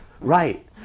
Right